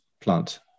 plant